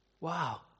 Wow